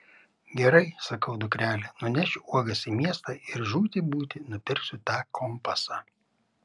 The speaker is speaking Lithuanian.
gerai sakau dukrele nunešiu uogas į miestą ir žūti būti nupirksiu tą kompasą